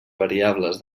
variables